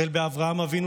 מאברהם אבינו,